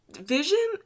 Vision